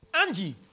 Angie